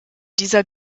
dieser